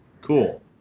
Cool